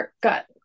got